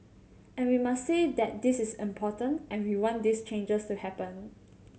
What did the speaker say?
and we must say that this is important and we want these changes to happen